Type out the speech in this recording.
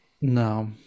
No